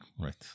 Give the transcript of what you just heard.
Right